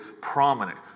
prominent